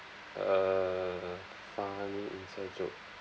uh funny inside joke